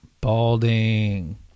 balding